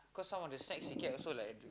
cause some of the snacks he get also like